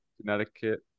Connecticut